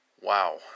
Wow